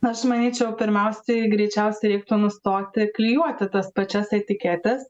aš manyčiau pirmiausiai greičiausiai reiktų nustoti klijuoti tas pačias etiketes